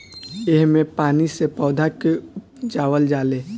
एह मे पानी से पौधा के उपजावल जाले